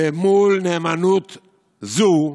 ומול נאמנות זו,